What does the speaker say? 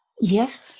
Yes